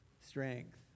strength